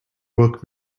woke